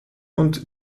und